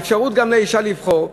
האפשרות גם לאישה לבחור,